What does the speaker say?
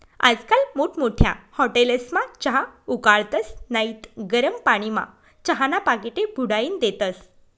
आजकाल मोठमोठ्या हाटेलस्मा चहा उकाळतस नैत गरम पानीमा चहाना पाकिटे बुडाईन देतस